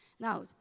Now